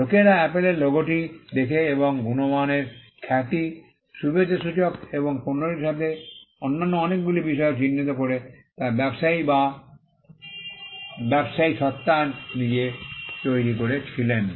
লোকেরা অ্যাপলের লোগোটি দেখে এবং গুণগতমানের খ্যাতি শুভেচ্ছাসূচক এবং পণ্যটির সাথে অন্যান্য অনেকগুলি বিষয় চিহ্নিত করে তা ব্যবসায়ী বা ব্যবসায়ী সত্তা নিজে তৈরি করেছিলেন